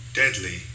deadly